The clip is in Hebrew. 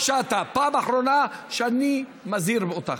תשאל את החברים שלך למפלגת העבודה ויספרו לך.